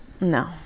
No